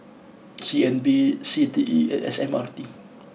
C N B C T E and S M R